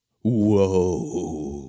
Whoa